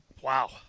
Wow